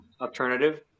alternative